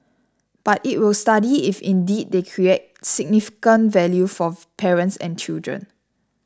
but it will study if indeed they create significant value for parents and children